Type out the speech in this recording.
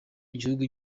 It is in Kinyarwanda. igihugu